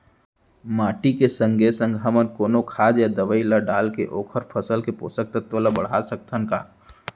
माटी के संगे संग हमन कोनो खाद या दवई ल डालके ओखर फसल के पोषकतत्त्व ल बढ़ा सकथन का?